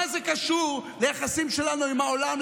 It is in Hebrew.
מה זה קשור ליחסים שלנו עם העולם,